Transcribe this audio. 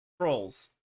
trolls